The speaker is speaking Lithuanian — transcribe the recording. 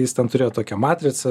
jis ten turėjo tokią matricą